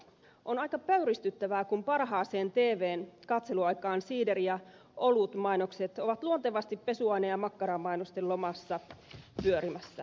on aika pöyristyttävää kun parhaaseen tvn katseluaikaan siideri ja olutmainokset ovat luontevasti pesuaine ja makkaramainosten lomassa pyörimässä